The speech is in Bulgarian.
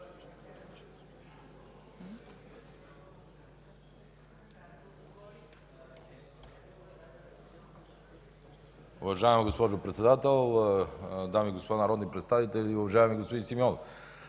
Уважаема госпожо Председател, дами и господа народни представители! Уважаеми господин Симеонов,